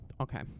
Okay